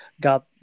got